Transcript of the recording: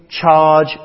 charge